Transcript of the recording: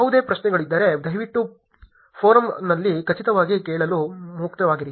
ಯಾವುದೇ ಪ್ರಶ್ನೆಗಳಿದ್ದರೆ ದಯವಿಟ್ಟು ಫೋರಂನಲ್ಲಿ ಖಚಿತವಾಗಿ ಕೇಳಲು ಮುಕ್ತವಾಗಿರಿ